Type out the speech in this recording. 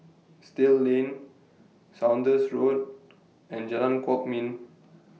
Still Lane Saunders Road and Jalan Kwok Min